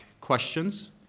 questions